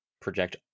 project